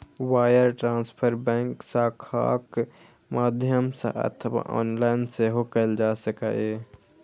wire transfer bank शाखाक माध्यम सं अथवा ऑनलाइन सेहो कैल जा सकैए